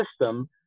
system